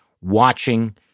watching